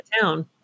town